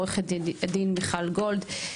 עורכת הדין מיכל גולד,